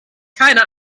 keine